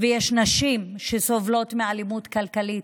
ויש נשים שסובלות מאלימות כלכלית.